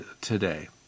today